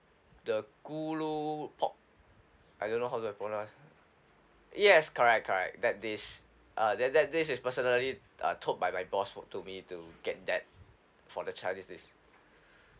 the gu lu pork I don't know how to pronounce yes correct correct that dish uh that that dish is personally uh told by my boss for to me to get that for the chinese dish